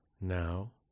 Now